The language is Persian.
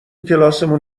کلاسمون